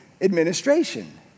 administration